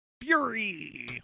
Fury